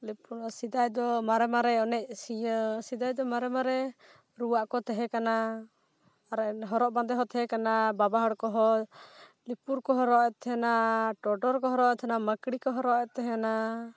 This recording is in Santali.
ᱞᱤᱯᱩᱨ ᱥᱮᱫᱟᱭ ᱫᱚ ᱢᱟᱨᱮ ᱢᱟᱨᱮ ᱮᱱᱮᱡ ᱥᱤᱭᱟᱹ ᱥᱮᱫᱟᱭ ᱫᱚ ᱢᱟᱨᱮ ᱢᱟᱨᱮ ᱨᱩᱣᱟᱜ ᱠᱚ ᱛᱮᱦᱮᱸ ᱠᱟᱱᱟ ᱟᱨ ᱦᱚᱨᱚᱜ ᱵᱟᱸᱫᱮ ᱦᱚᱸ ᱛᱟᱦᱮᱠᱟᱱᱟ ᱵᱟᱵᱟ ᱦᱚᱲ ᱠᱚᱦᱚᱸ ᱞᱤᱯᱩᱨ ᱠᱚ ᱦᱚᱨᱚᱜ ᱮᱫ ᱛᱟᱦᱮᱱᱟ ᱴᱚᱰᱚᱨ ᱠᱚ ᱦᱚᱨᱚᱜ ᱮᱫ ᱛᱟᱦᱮᱱᱟ ᱢᱟ ᱠᱲᱤ ᱠᱚ ᱦᱚᱨᱚᱜ ᱮᱫ ᱛᱟᱦᱮᱱᱟ